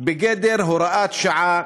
בגדר הוראת שעה,